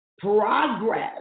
progress